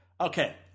Okay